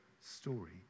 story